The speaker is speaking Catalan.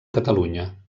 catalunya